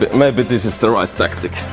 but maybe this is the right tactic